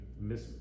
miss